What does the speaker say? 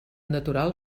natural